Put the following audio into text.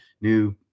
new